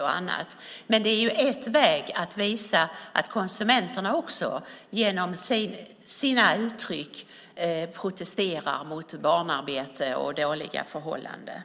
Det är i alla fall en väg att visa att också konsumenterna genom vad de uttrycker just protesterar mot barnarbete och dåliga förhållanden.